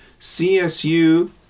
CSU